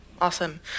Awesome